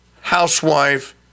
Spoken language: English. housewife